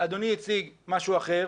אדוני הציג משהו אחר,